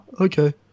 okay